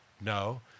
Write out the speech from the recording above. No